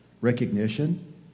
recognition